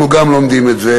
גם אנחנו לומדים את זה,